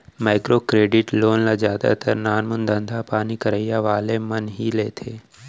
micro credit loan ल जादातर नानमून धंधापानी करइया वाले मन ह ही लेथे